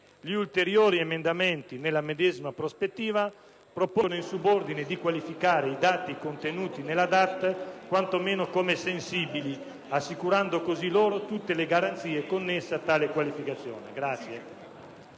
Gli ulteriori emendamenti nella medesima prospettiva propongono in subordine di qualificare i dati contenuti nella DAT quantomeno come sensibili, assicurando così loro tutte le garanzie connesse a tale qualificazione.